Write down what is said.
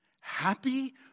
Happy